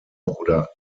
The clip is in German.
oder